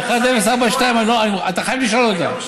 1042. אתה חייב לשאול אותה.